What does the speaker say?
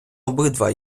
обидва